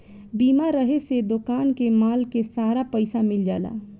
बीमा रहे से दोकान के माल के सारा पइसा मिल जाला